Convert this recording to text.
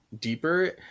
deeper